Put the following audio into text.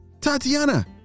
Tatiana